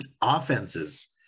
Offenses